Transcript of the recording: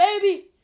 baby